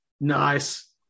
Nice